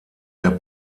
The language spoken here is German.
der